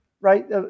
right